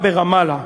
שברמאללה